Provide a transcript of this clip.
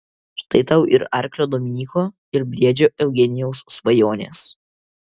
štai tau ir arklio dominyko ir briedžio eugenijaus svajonės